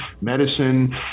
medicine